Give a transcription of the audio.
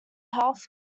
health